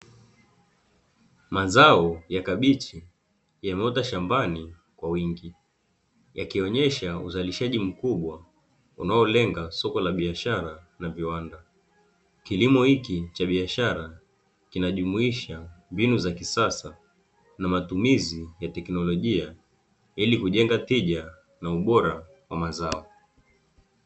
Mazao ya kabichi yameota shambani kwa wingi, yakionyesha uzalishaji mkubwa unaolenga soko la biashara na viwanda. Kilimo hiki cha biashara kinajumuisha mbinu za kisasa na matumizi ya teknolojia ili kujenga tija na ubora wa mazao.